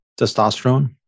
testosterone